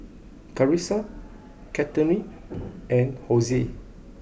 Karissa Catherine and Hosie